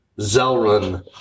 Zelrun